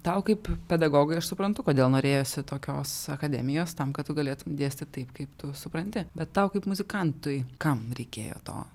tau kaip pedagogui aš suprantu kodėl norėjosi tokios akademijos tam kad tu galėtum dėstyt taip kaip tu supranti bet tau kaip muzikantui kam reikėjo to